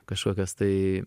kažkokios tai